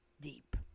deep